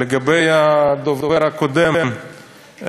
לגבי הדובר הקודם,